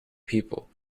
people